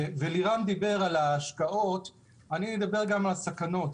לירם דיבר על השקעות, אני אדבר גם על הסכנות.